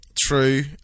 True